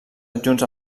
adjunts